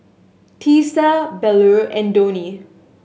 Teesta Bellur and Dhoni